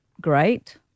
great